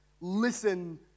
listen